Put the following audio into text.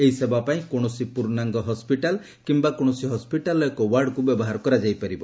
ଏହି ସେବା ପାଇଁ କୌଣସି ପୂର୍ଣ୍ଣାଙ୍ଗ ହସିଟାଲ କିିୟା କୌଣସି ହସ୍କିଟାଲର ଏକ ୱାର୍ଡକୁ ବ୍ୟବହାର କରାଯାଇ ପାରିବ